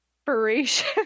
inspiration